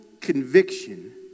conviction